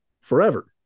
forever